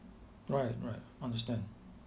right right understand